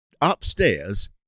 upstairs